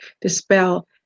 dispel